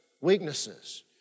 weaknesses